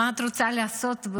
מה את רוצה לעשות?